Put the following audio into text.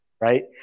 right